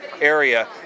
area